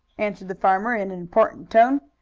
answered the farmer in an important tone.